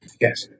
Yes